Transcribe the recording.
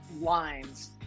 lines